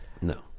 No